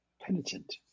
penitent